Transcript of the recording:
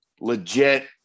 Legit